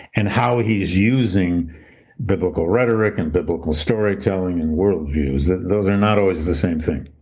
and how he's using biblical rhetoric and biblical storytelling and worldviews. those are not always the same thing.